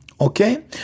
Okay